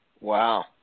Wow